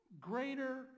greater